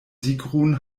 sigrun